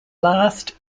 last